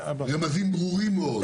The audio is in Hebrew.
רמזים ברורים מאוד.